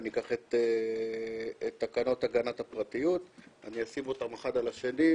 ואני אקח את תקנות הגנת הפרטיות ואני אשים אותם אחד על השני,